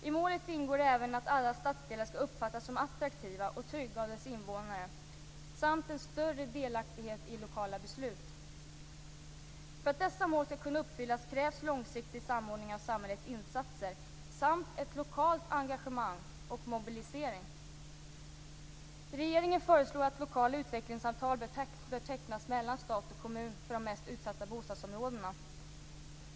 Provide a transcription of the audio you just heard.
I målet ingår även att alla stadsdelar skall uppfattas som attraktiva och trygga av deras invånare samt en större delaktighet i lokala beslut. För att dessa mål skall kunna uppfyllas krävs långsiktig samordning av samhällets insatser samt ett lokalt engagemang och en mobilisering. Regeringen föreslår att lokala utvecklingsavtal bör tecknas mellan stat och kommun för de mest utsatta bostadsområdena.